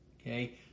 Okay